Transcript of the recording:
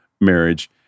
marriage